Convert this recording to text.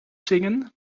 zingen